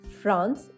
France